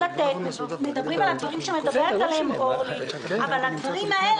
אמר לי מנהל הוועדה שרצינו להעביר את הדיון לאחד האולמות אבל הם תפוסים.